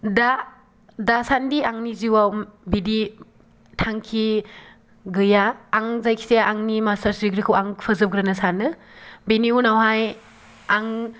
दा दासान्दि आंनि जिउआव बिदि थांखि गैया आं जायखिजाया आंनि मासटार्स डिग्रिखौ आं फोजोबग्रोनो सानो बेनि उनावहाय आं